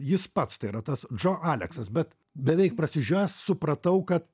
jis pats tai yra tas džo aleksas bet beveik prasižiojęs supratau kad